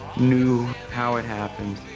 knew how it happened,